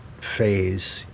phase